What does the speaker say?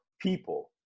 people